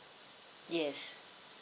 yes